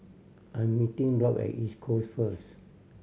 I'm meeting Rob at East Coast first